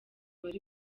wari